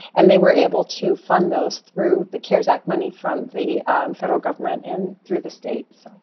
and they were able to fund those through the cares act, money from the federal government and through the state, so.